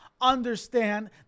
Understand